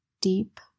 deep